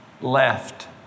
left